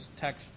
text